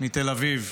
מתל אביב,